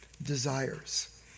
desires